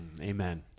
Amen